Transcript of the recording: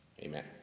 Amen